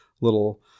little